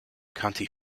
county